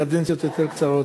קדנציות יותר קצרות,